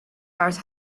earth